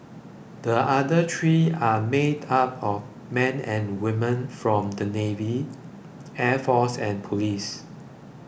the other three are made up of men and women from the navy air force and police